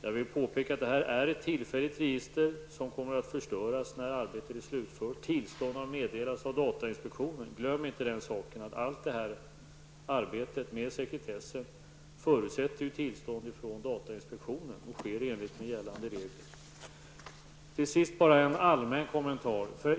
Jag vill påpeka att det här är ett tillfälligt register som kommer att förstöras när arbetet är slutfört. Tillstånd har meddelats av datainspektionen. Vi får inte glömma att allt detta arbete med sekretessen förutsätter tillstånd från datasinspektionen, och det sker i enlighet med gällande regler. Till sist vill jag göra en allmän kommentar.